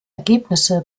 ergebnisse